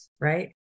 right